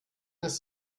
ist